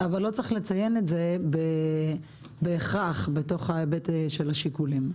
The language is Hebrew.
אבל לא צריך לציין את זה בהכרח בתוך ההיבט של השיקולים.